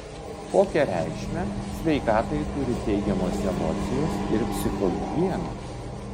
kokią reikšmę sveikatai turi teigiamos emocijos ir psichohigiena